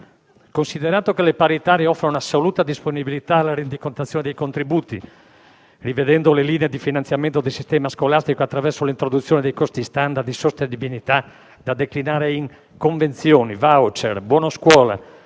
Considerato che: le scuole paritarie offrono assoluta disponibilità alla rendicontazione dei contributi, rivedendo le linee di finanziamento del sistema scolastico attraverso l'introduzione dei costi standard di sostenibilità, da declinare in convenzioni, *voucher*, buono scuola,